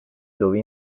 dove